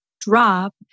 drop